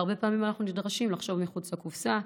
והרבה פעמים אנחנו נדרשים לחשוב מחוץ לקופסה.